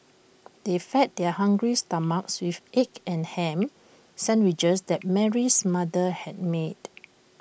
they fed their hungry stomachs with the egg and Ham Sandwiches that Mary's mother had made